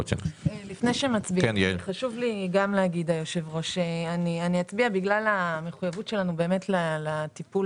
חשוב לי לומר אצביע בגלל המחויבות לטיפול